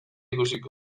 ikusiko